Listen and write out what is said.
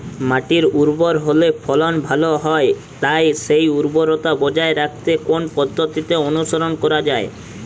মাটি উর্বর হলে ফলন ভালো হয় তাই সেই উর্বরতা বজায় রাখতে কোন পদ্ধতি অনুসরণ করা যায়?